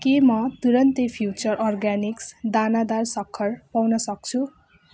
के म तुरुन्तै फ्युचर अर्ग्यानिक्स दानादार सक्खर पाउनसक्छु